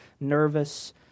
nervous